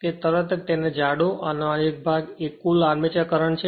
કે તરત જ તેને જોડો આનો એક ભાગ એ કુલ આર્મચર કરંટ છે